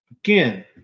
Again